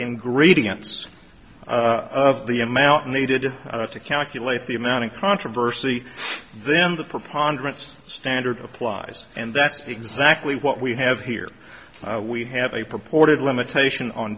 ingredients of the amount needed to calculate the amount of controversy then the preponderance standard applies and that's exactly what we have here we have a purported limitation on